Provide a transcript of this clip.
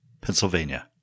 Pennsylvania